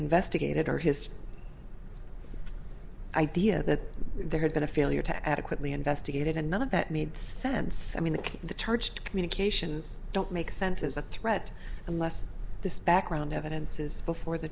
investigated or his idea that there had been a failure to adequately investigate it and none of that made sense i mean the charge communications don't make sense as a threat unless the background evidence is before the